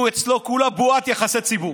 הוא, אצלו, כולה בועת יחסי ציבור.